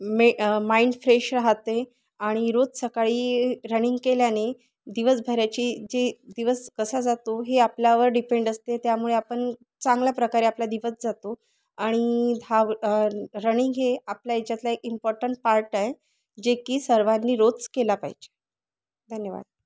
मे mind fresh राहते आणि रोज सकाळी रनिंग केल्याने दिवसभराची जी दिवस कसा जातो हे आपल्यावर डिपेंड असते त्यामुळे आपण चांगल्या प्रकारे आपला दिवस जातो आणि धाव रनिंग हे आपल्या ह्याच्यातला एक इम्पॉर्टंट पार्ट आहे जे की सर्वांनी रोज केला पाहिजे धन्यवाद